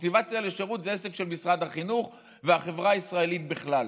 המוטיבציה לשירות זה עסק של משרד החינוך והחברה הישראלית בכלל.